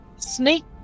Snake